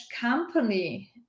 company